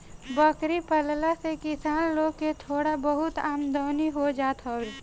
बकरी पालला से किसान लोग के थोड़ा बहुत आमदनी हो जात हवे